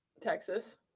Texas